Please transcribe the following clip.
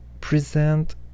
present